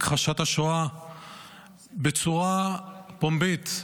הכחשת השואה בצורה פומבית,